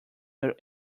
your